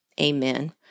amen